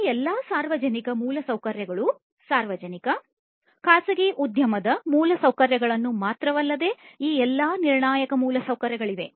ಈ ಎಲ್ಲ ಸಾರ್ವಜನಿಕ ಮೂಲಸೌಕರ್ಯಗಳು ಸಾರ್ವಜನಿಕ ಖಾಸಗಿ ಉದ್ಯಮದ ಮೂಲಸೌಕರ್ಯಗಳು ಮಾತ್ರವಲ್ಲದೆ ಈ ಎಲ್ಲ ನಿರ್ಣಾಯಕ ಮೂಲಸೌಕರ್ಯಗಳಿವೆ